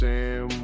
Sam